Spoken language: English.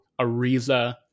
Ariza